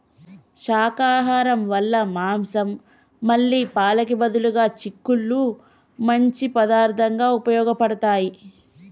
శాకాహరం వాళ్ళ మాంసం మళ్ళీ పాలకి బదులుగా చిక్కుళ్ళు మంచి పదార్థంగా ఉపయోగబడతాయి